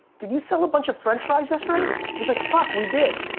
did you sell a bunch of french fries yesterday? he's like, fuck, we did.